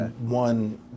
one